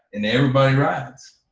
and everybody rides.